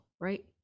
right